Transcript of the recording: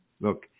look